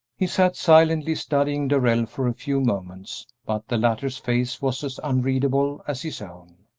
he sat silently studying darrell for a few moments, but the latter's face was as unreadable as his own.